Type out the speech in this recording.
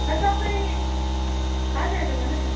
तपाईँ हजुर हजुर भन्नुहोस् न